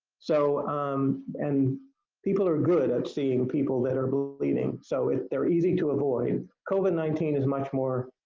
so um and people are good at seeing people that are bleeding. so they're easy to avoid. covid nineteen is much more